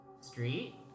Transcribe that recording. Street